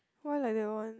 why like that one